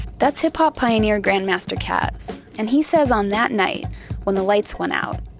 that's hip hop pioneer, grandmaster caz, and he says on that night when the lights went out,